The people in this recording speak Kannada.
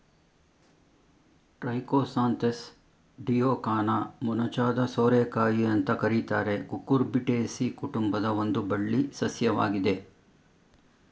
ಟ್ರೈಕೋಸಾಂಥೆಸ್ ಡಿಯೋಕಾನ ಮೊನಚಾದ ಸೋರೆಕಾಯಿ ಅಂತ ಕರೀತಾರೆ ಕುಕುರ್ಬಿಟೇಸಿ ಕುಟುಂಬದ ಒಂದು ಬಳ್ಳಿ ಸಸ್ಯವಾಗಿದೆ